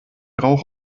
rauch